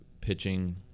pitching